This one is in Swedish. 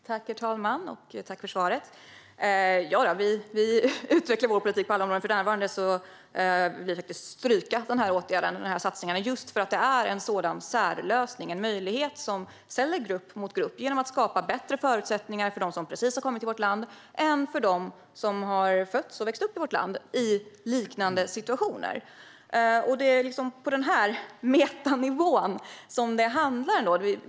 Herr talman! Tack för svaret! Sverigedemokraterna utvecklar sin politik på alla områden. För närvarande vill vi stryka de satsningarna just eftersom det är en särlösning. Det är en möjlighet som ställer grupp mot grupp genom att skapa bättre förutsättningar för dem som precis har kommit till vårt land än för dem som har fötts och vuxit upp i vårt land i liknande situationer. Det är på den metanivån som detta handlar om.